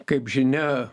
kaip žinia